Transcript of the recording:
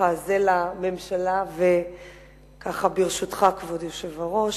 זה לממשלה, ברשותך, כבוד היושב-ראש,